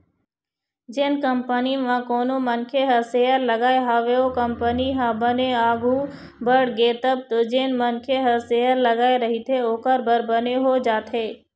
जेन कंपनी म कोनो मनखे ह सेयर लगाय हवय ओ कंपनी ह बने आघु बड़गे तब तो जेन मनखे ह शेयर लगाय रहिथे ओखर बर बने हो जाथे